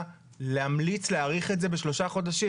להמליץ להאריך את זה בשלושה חודשים?